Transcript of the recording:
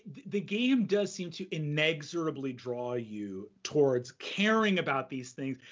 the game does seem to inexorably draw you towards caring about these things.